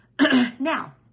Now